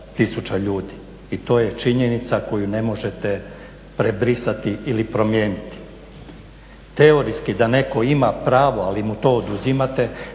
I to je činjenica koju ne možete prebrisati ili promijeniti. Teorijski da netko ima pravo, ali mu to oduzimate,